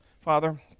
Father